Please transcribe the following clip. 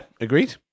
agreed